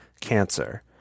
cancer